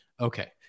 Okay